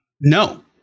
No